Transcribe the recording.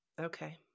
Okay